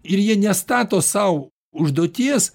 ir jie nestato sau užduoties